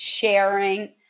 sharing